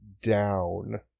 down